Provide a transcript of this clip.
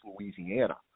Louisiana